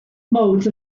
modes